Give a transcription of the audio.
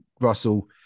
Russell